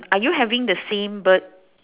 are you having the same bird